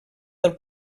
del